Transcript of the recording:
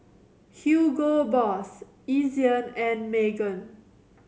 Hugo Boss Ezion and Megan